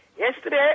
Yesterday